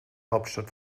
hauptstadt